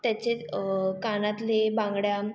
त्याचे कानातले बांगड्या